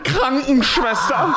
Krankenschwester